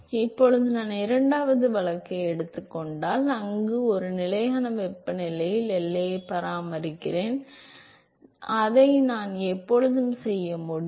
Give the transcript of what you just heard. இப்போது நான் இரண்டாவது வழக்கை எடுத்துக் கொண்டால் அங்கு நான் ஒரு நிலையான வெப்பநிலையில் எல்லையை பராமரிக்கிறேன் அதை நான் எப்போதும் செய்ய முடியும்